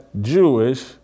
Jewish